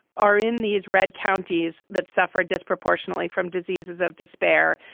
are in these red counties that suffer disproportionately from diseases of despair,